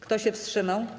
Kto się wstrzymał?